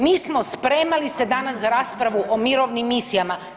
Mi smo spremali se danas za raspravu o mirovnim misijama.